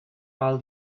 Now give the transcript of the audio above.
while